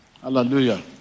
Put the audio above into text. Hallelujah